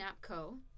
Snapco